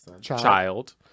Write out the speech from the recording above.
child